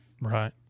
Right